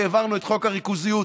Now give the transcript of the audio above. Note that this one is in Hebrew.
והעברנו את חוק הריכוזיות,